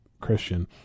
Christian